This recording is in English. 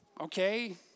Okay